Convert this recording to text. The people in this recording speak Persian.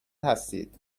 هستید